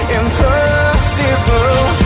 impossible